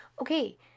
okay